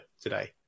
today